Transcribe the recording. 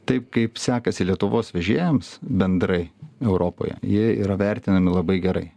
tai kaip sekasi lietuvos vežėjams bendrai europoje jie yra vertinami labai gerai